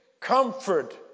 comfort